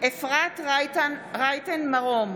אפרת רייטן מרום,